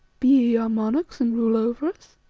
be ye our monarchs and rule over us